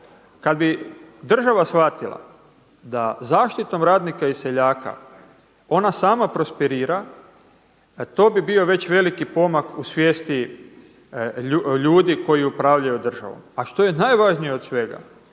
Kad bi država shvatila da zaštitom radnika i seljaka ona sama prosperira to bi bio već veliki pomak u svijesti ljudi koji upravljaju državom. A što je najvažnije od svega,